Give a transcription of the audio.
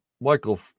Michael